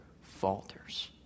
falters